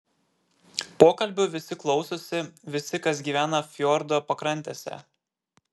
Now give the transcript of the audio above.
pokalbių visi klausosi visi kas gyvena fjordo pakrantėse